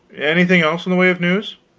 anything else in the way of news?